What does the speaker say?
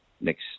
next